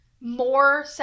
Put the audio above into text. more